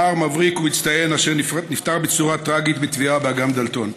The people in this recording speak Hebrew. נער מבריק ומצטיין אשר נפטר בצורה טרגית בטביעה באגם דלתון.